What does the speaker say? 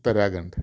Uttarakhand